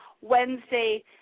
Wednesday